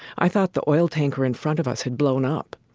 i thought the oil tanker in front of us had blown up.